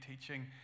teaching